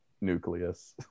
nucleus